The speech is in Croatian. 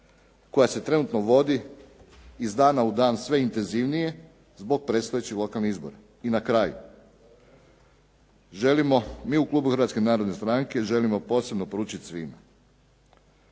koja se trenutno vodi iz dana u dan sve intenzivnije zbog predstojećih lokalnih izbora. I na kraju, želimo mi u klubu Hrvatske narodne stranke želimo posebno poručiti svima.